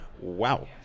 Wow